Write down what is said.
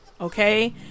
Okay